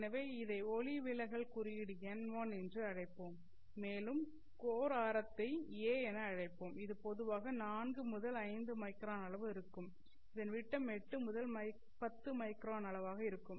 எனவே இதை ஒளி விலகல் குறியீடு n1 என்று அழைப்போம் மேலும் கோர் ஆரத்தை a என அழைப்போம் இது பொதுவாக 4 முதல் 5 மைக்ரான் அளவு ஆகும் இதன் விட்டம் 8 முதல் 10 மைக்ரான் அளவாக இருக்கும்